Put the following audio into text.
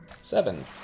Seven